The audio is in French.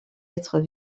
êtres